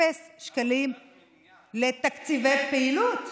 אפס שקלים לתקציבי פעילות,